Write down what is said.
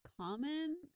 common